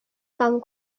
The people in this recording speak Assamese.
কাম